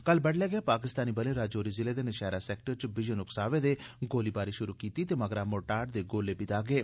कल बडलै गै पाकिस्तानी बले राजौरी ज़िले दे नशैह्रा सैक्टर च बिजन उक्सावे दे गोलीबारी शुरू कीती ते मगरा मोटार्र दे गोले बी दागे